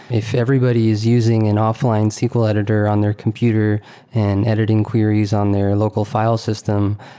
if everybody is using an offline sql editor on their computer and editing queries on their local file system,